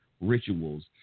rituals